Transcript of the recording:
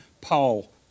Paul